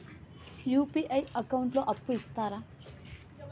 UPI account లో అప్పు ఇస్తరా?